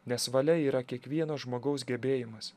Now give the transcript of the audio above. nes valia yra kiekvieno žmogaus gebėjimas